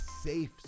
safe